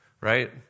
right